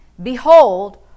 Behold